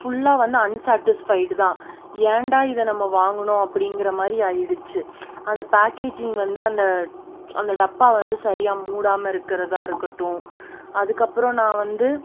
ஃபுல்லாக வந்து அன்சேட்டிஸ்ஃபைடுதான் ஏன்டா இதை நம்ம வாங்கினோம் அப்படிங்கிற மாதிரி ஆகிடிச்சி அதை பேக்கேஜிங் வந்து அந்த அந்த டப்பா வந்து சரியாக மூடாமல் இருக்கிறதா இருக்கட்டும் அதுக்கப்பறம் நான் வந்து